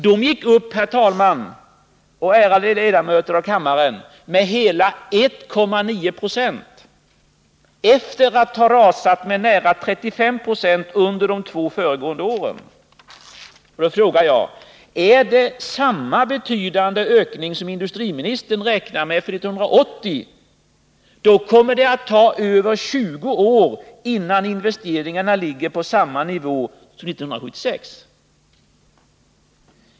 De gick, herr talman och ärade ledamöter av kammaren, upp med hela 1,9 90 — efter att ha rasat med nära 35 26 under de två föregående åren. Är det samma ”betydande” ökning industriministern räknar med 1980, kommer det att ta över 20 år innan investeringarna ligger på samma nivå som 1976.